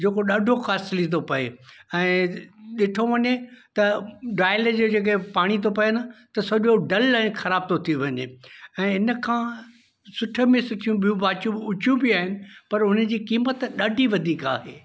जेको ॾाढो कास्टली थो पए ऐं ॾिठो वञे त डायल जे जेके पाणी थो पए न सॼो डल ऐं ख़राब थो थी पए ऐं इनखां सुठे में सुठियूं ॿियूं वाचूं उचियूं बि आहिनि पर उन्हनि जी क़ीमत ॾाढी वधीक आहे